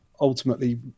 ultimately